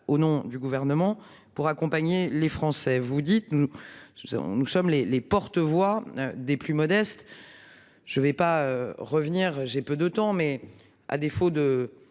au nom du gouvernement pour accompagner les Français, vous dites-nous je dire on nous sommes les les porte-voix des plus modestes. Je ne vais pas revenir. J'ai peu de temps mais, à défaut de